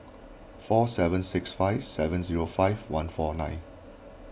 four seven six five seven zero five one four nine